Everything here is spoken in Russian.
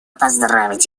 поздравить